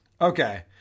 Okay